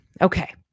Okay